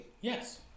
Yes